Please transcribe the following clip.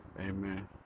Amen